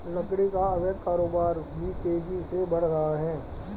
लकड़ी का अवैध कारोबार भी तेजी से बढ़ रहा है